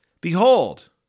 Behold